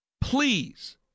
Please